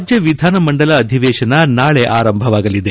ರಾಜ್ಯ ವಿಧಾನಮಂಡಲ ಅಧಿವೇಶನ ನಾಳೆ ಆರಂಭವಾಗಲಿದೆ